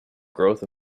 growth